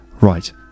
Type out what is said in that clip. Right